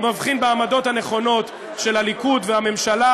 הוא מבחין בעמדות הנכונות של הליכוד ושל הממשלה,